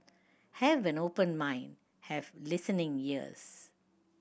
have an open mind have listening ears